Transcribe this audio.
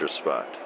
spot